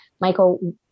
Michael